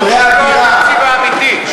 שהוא לא התקציב האמיתי?